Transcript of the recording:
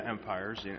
empires